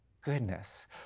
goodness